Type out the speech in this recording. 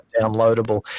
downloadable